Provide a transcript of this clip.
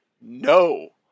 No